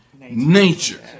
nature